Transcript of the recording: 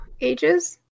ages